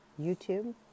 YouTube